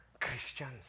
Christians